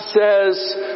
says